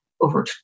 over